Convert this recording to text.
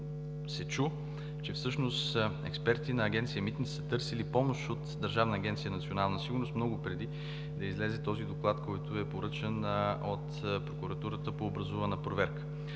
януари, че всъщност експерти на Агенция „Митници“ са търсили помощ от Държавна агенция „Национална сигурност“ много преди да излезе докладът, който е поръчан от прокуратурата по образувана проверка.